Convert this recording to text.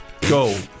Go